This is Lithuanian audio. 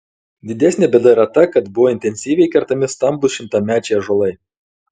didesnė bėda yra ta kad buvo intensyviai kertami stambūs šimtamečiai ąžuolai